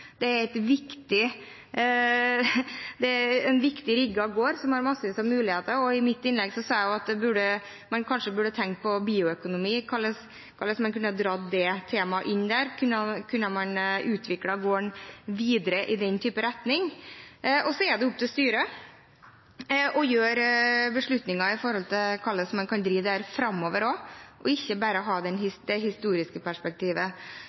det er en viktig rigget gård som har massevis av muligheter, og i mitt innlegg sa jeg at en kanskje burde tenke på bioøkonomi og hvordan man kunne dratt det temaet inn. Kunne man utvikle gården videre i den retning? Så er det opp til styret å ta beslutninger vedrørende hvordan man kan drive dette framover også, og ikke bare ha det historiske perspektivet.